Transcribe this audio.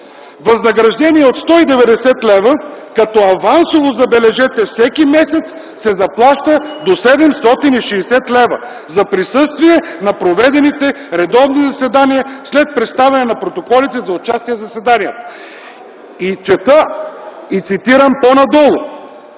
възнаграждения от 190 лв. като авансово ...”, забележете, „ ...всеки месец се заплаща до 760 лв. за присъствие на проведените редовни заседания, след представяне на протоколите за участие в заседанието.” Цитирам по-надолу